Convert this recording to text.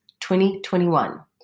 2021